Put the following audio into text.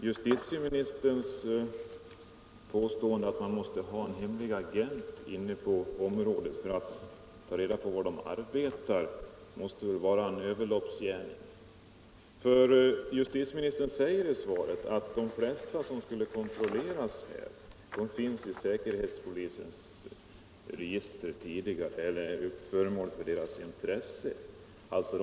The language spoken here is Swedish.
Fru talman! Justitieministern påstår att säkerhetspolisen måste ha en hemlig agent inne på området för att ha reda på var vissa personer arbetar. En sådan åtgärd måste väl ändå vara en överloppsgärning. Justitieministern säger i svaret att de flesta som skulle kontrolleras redan är föremål för säkerhetspolisens intresse. De finns alltså i säkerhetspolisens register.